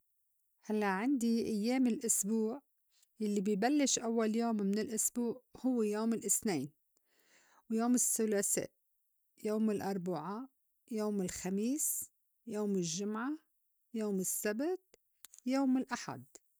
هلّق عندي إيّام الأسبوع يلّي بي بلّش أوّل يوم من الأسبوع هوّ: يوم الأثنين، يوم الثُّلاثاء، يوم الأربُعاء، يوم الخميس، يوم الجُّمعة، يوم السّبت، يوم الأحد.